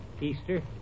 Easter